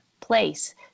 place